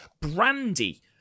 Brandy